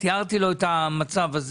תיארתי לו את המצב של